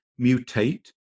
mutate